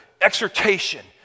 exhortation